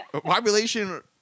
Population